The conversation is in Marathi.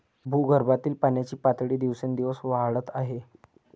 भूगर्भातील पाण्याची पातळी दिवसेंदिवस वाढत आहे